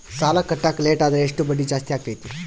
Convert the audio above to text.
ಸಾಲ ಕಟ್ಟಾಕ ಲೇಟಾದರೆ ಎಷ್ಟು ಬಡ್ಡಿ ಜಾಸ್ತಿ ಆಗ್ತೈತಿ?